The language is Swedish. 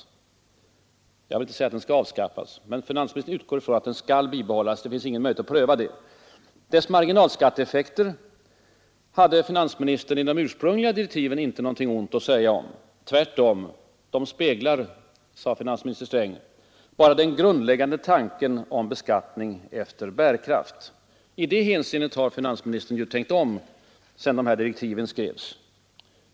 Jag vill inte säga att den skall avskaffas, men finansministern utgår från att den skall bibehållas. Det finns ingen möjlighet att pröva det. Den progressiva statsskattens marginalskatteeffekter hade finansministern i de ursprungliga direktiven inte något ont att säga om. Tvärtom: De speglar, sade finansminster Sträng, bara den grundläggande tanken om beskattning efter bärkraft. I det hänseendet har ju finansministern tänkt om sedan direktiven skrevs.